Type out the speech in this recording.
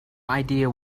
idea